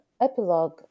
epilogue